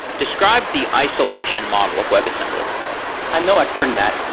describe the isolation model of webassembly i'm no expert in that.